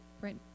right